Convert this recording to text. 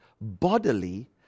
bodily